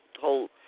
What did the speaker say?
whole